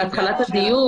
מה שדובר בתחילת הדיון,